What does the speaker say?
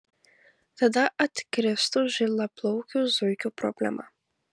tada atkristų žilaplaukių zuikių problema